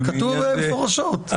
כתוב מפורשות.